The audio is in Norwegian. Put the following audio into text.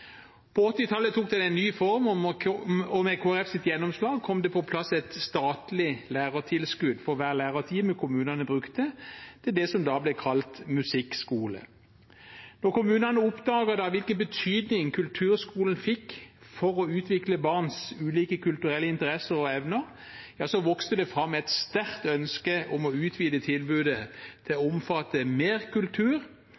På 1980-tallet tok den en ny form, og med Kristelig Folkepartis gjennomslag kom det på plass et statlig lærertilskudd for hver lærertime kommunene brukte til det som da ble kalt musikkskole. Da kommunene oppdaget hvilken betydning kulturskolen fikk for å utvikle barns ulike kulturelle interesser og evner, vokste det fram et sterkt ønske om å utvide tilbudet til